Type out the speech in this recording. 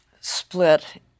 split